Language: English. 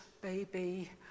baby